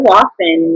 often